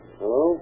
Hello